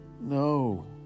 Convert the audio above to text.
no